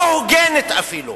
לא הוגנת אפילו.